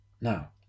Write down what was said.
Now